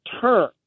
turn